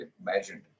imagined